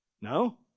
No